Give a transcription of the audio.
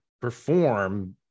perform